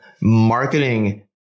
Marketing